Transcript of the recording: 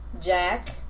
Jack